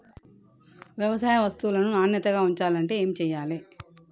వ్యవసాయ వస్తువులను నాణ్యతగా ఉంచాలంటే ఏమి చెయ్యాలే?